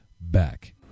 back